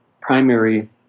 primary